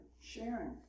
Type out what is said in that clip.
sharing